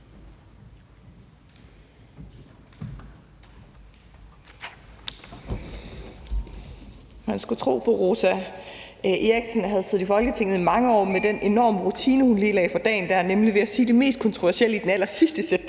Man skulle tro, fru Rosa Eriksen havde siddet i Folketinget i mange år, med den enorme rutine, hun lige lagde for dagen der, nemlig ved at sige det mest kontroversielle i den allersidste sætning,